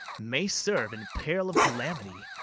may serve, in peril of calamity,